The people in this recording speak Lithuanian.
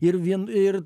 ir vien ir